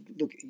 Look